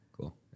cool